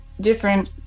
different